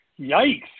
Yikes